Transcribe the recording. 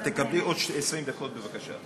את תקבלי עוד 20 דקות, בבקשה.